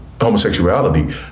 homosexuality